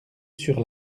sur